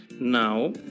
Now